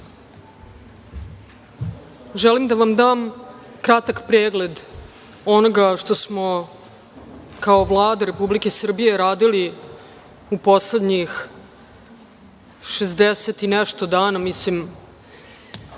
želim da vam dam kratak pregled onoga što smo kao Vlada Republike Srbije radili u poslednjih 60 i nešto dana, malo